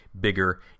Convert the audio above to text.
bigger